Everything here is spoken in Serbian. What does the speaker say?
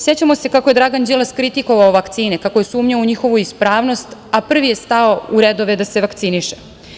Sećamo se kako je Dragan Đilas kritikovao vakcine, kako je sumnjao u njihovu ispravnost, a prvi je stao u redove da se vakciniše.